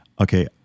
okay